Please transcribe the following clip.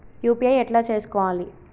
UPI ఎట్లా చేసుకోవాలి?